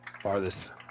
farthest